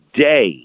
day